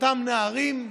לאותם נערים,